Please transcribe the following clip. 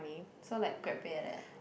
so like Grab pay like that ah